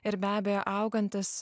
ir be abejo augantis